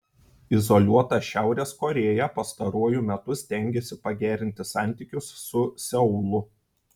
izoliuota šiaurės korėja pastaruoju metu stengiasi pagerinti santykius su seulu